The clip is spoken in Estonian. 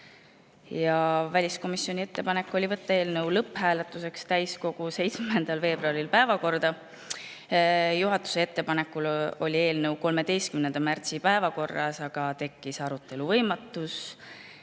Väliskomisjoni ettepanek oli võtta eelnõu lõpphääletuseks täiskogu päevakorda 7. veebruaril. Juhatuse ettepanekul oli eelnõu 13. märtsi päevakorras, aga tekkis arutelu võimatus.